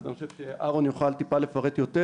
אני חושב שאהרון יוכל לפרט יותר,